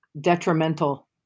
detrimental